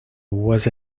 was